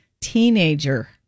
teenager